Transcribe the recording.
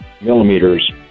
millimeters